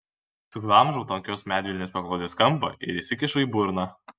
suglamžau tankios medvilnės paklodės kampą ir įsikišu į burną